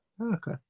Okay